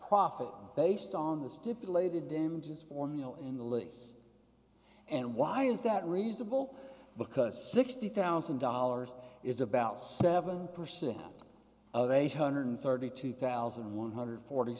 profit based on the stipulated him to his formula in the lease and why is that reasonable because sixty thousand dollars is about seven percent of eight hundred and thirty two thousand one hundred and forty